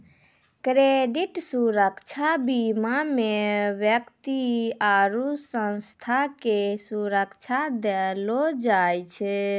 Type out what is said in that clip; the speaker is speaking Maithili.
क्रेडिट सुरक्षा बीमा मे व्यक्ति आरु संस्था के सुरक्षा देलो जाय छै